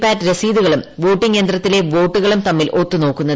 പാറ്റ് രസീതുകളും വോട്ടിംഗ് യന്ത്രത്തിലെ വോട്ടുകളും തമ്മിൽ ഒത്തുനോക്കുന്നത്